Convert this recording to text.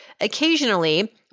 occasionally